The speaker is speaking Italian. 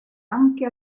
anche